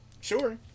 sure